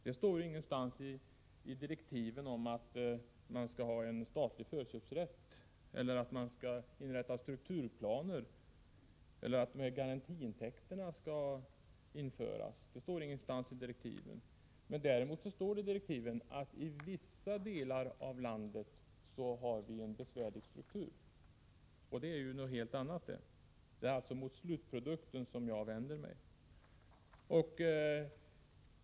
Det står ingenstans i direktiven att man skall ha en statlig förköpsrätt, att man skall inrätta — Nr9 strukturplaner eller att de här garantiintäkterna skall införas, Däremot står Tisdagen den det i direktiven att vi i vissa delar av landet har en besvärlig struktur — och det — 16 oktober 1984 är något helt annat. Det är alltså mot slutprodukten som jag vänder mig.